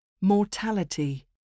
Mortality